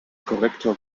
korrektor